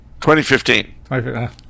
2015